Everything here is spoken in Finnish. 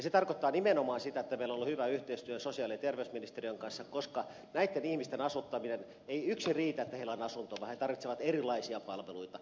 se tarkoittaa nimenomaan sitä että meillä on ollut hyvä yhteistyö sosiaali ja terveysministeriön kanssa koska näitten ihmisten asuttamisessa ei yksin riitä että heillä on asunto vaan he tarvitsevat erilaisia palveluita